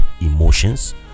emotions